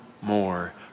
more